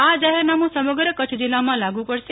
આ જાહેરનામું સમગ્ર કચ્છ જિલ્લામાં લાગુ પડશે